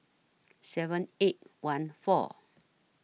seven eight one four